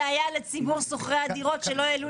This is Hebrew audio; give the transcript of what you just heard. זה היה לציבור שוכרי הדירות שלא העלו